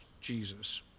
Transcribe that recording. Jesus